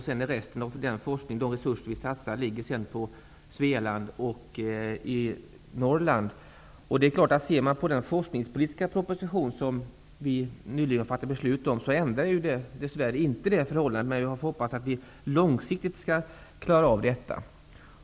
De övriga satsade resurserna finns i Svealand och Norrland. Den forskningspolitiska proposition som vi nyligen har fattat beslut om ändrar inte detta förhållande, men jag hoppas att vi långsiktigt skall kunna göra det.